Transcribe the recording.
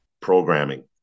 programming